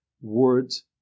words